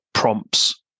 Prompts